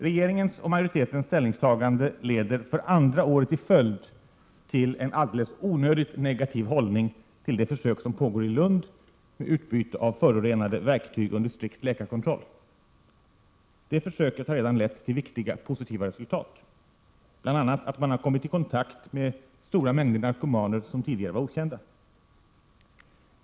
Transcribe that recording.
Regeringens och riksdagsmajoritetens ställningstagande leder för andra året i följd till en alldeles onödigt negativ hållning till det försök som pågår i Lund med utbyte av förorenade verktyg under strikt läkarkontroll. Det försöket har redan lett till viktiga, positiva resultat, bl.a. att man har kommit i kontakt med stora mängder narkomaner som tidigare var okända.